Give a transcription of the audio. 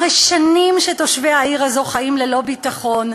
הרי שנים שתושבי העיר הזאת חיים ללא ביטחון,